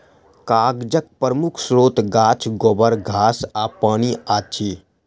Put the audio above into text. कागजक प्रमुख स्रोत गाछ, गोबर, घास आ पानि अछि